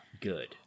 good